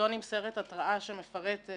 לא נמסרת התראה שמפרטת